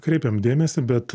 kreipiam dėmesį bet